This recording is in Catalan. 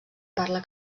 parla